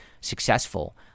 successful